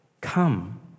Come